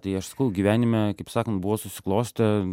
tai aš sakau gyvenime kaip sakant buvo susiklostę